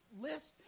list